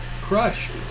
Crush